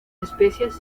especies